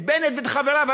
את בנט ואת חבריו,